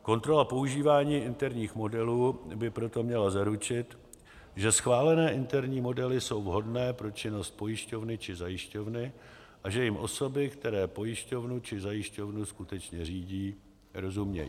Kontrola používání interních modelů by proto měla zaručit, že schválené interní modely jsou vhodné pro činnost pojišťovny či zajišťovny a že jim osoby, které pojišťovnu či zajišťovnu skutečně řídí, rozumějí.